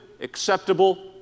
acceptable